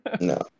No